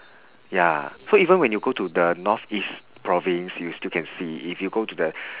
ya so even when you go to the north east province you still can see if you go to the